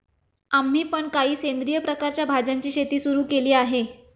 आम्ही पण काही सेंद्रिय प्रकारच्या भाज्यांची शेती सुरू केली आहे